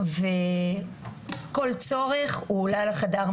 כל משפחה שעוברת לרשות,